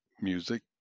music